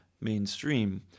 mainstream